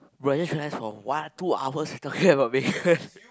bro I just realize hor one two hours we talking about Megan